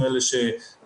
מה זה טיפולים בישראל?